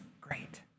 great